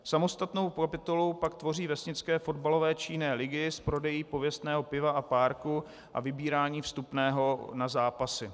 Samostatnou kapitolu pak tvoří vesnické fotbalové či jiné ligy s prodejem pověstného piva a párků, a vybíráním vstupného na zápasy.